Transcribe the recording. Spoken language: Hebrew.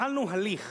התחלנו הליך